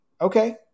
okay